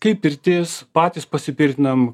kaip pirtis patys pasipirtinam